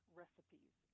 recipes